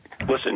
Listen